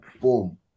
Boom